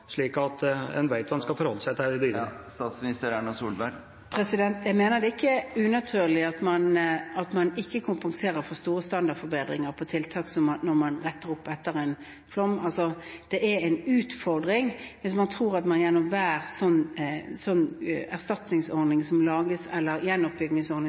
slik at en vet hva en skal forholde seg til videre. Jeg mener det ikke er unaturlig at man ikke kompenserer for store standardforbedringer når man retter opp etter en flom. Det er en utfordring. Hvis man tror at man gjennom hver erstatnings- eller gjenoppbyggingsordning